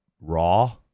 raw